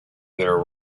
their